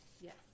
Yes